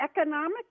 economic